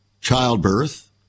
childbirth